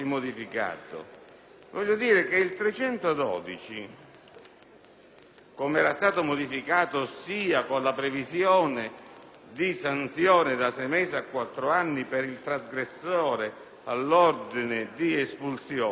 come era stato modificato con la previsione di sanzioni da sei mesi a quattro anni per il trasgressore all'ordine di espulsione, si riferiva